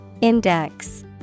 Index